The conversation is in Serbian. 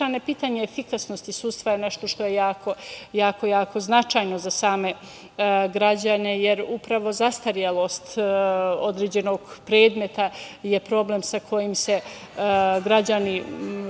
pitanje efikasnosti sudstva je nešto što je jako značajno za same građane, jer upravo zastarelost određenog predmeta je problem sa kojim se građani